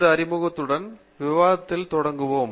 இந்த அறிமுகதுடன் விவாதத்தில் தொடங்குவோம்